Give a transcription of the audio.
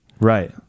Right